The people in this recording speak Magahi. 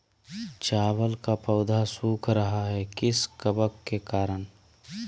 चावल का पौधा सुख रहा है किस कबक के करण?